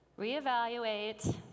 reevaluate